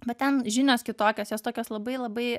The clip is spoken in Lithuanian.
bet ten žinios kitokios jos tokios labai labai